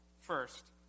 First